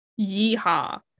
Yeehaw